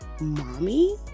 mommy